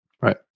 Right